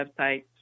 website